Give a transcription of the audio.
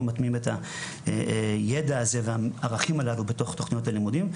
מטמיעים את הידע הזה והערכים הללו בתוך תוכניות הלימודים.